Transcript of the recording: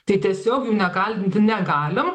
tai tiesiog jų nekaldinti negalim